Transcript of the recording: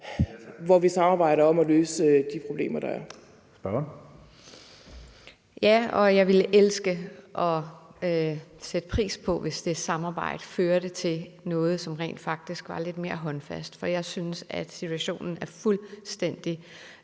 15:16 Charlotte Munch (DD): Ja, og jeg ville elske at sætte pris på det, hvis det samarbejde førte til noget, som rent faktisk var lidt mere håndfast. For jeg synes, situationen er kørt fuldstændig